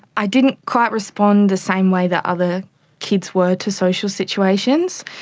i didn't quite respond the same way that other kids were to social situations.